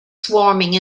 swarming